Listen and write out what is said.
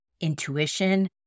intuition